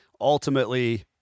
ultimately